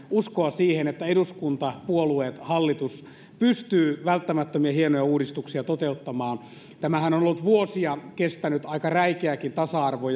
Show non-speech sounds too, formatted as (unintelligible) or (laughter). uskoa siihen että eduskuntapuolueet ja hallitus pystyvät välttämättömiä hienoja uudistuksia toteuttamaan tämähän on ollut vuosia kestänyt aika räikeäkin tasa arvo (unintelligible)